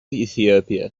ethiopia